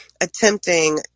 attempting